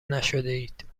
نشدهاید